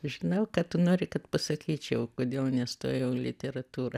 žinau kad tu nori kad pasakyčiau kodėl nestojau į literatūrą